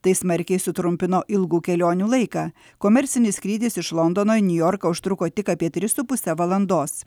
tai smarkiai sutrumpino ilgų kelionių laiką komercinis skrydis iš londono į niujorką užtruko tik apie tris su puse valandos